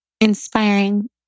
inspiring